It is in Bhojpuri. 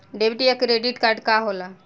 डेबिट या क्रेडिट कार्ड का होला?